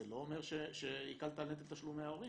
זה לא אומר שהקלת על נטל תשלומי ההורים.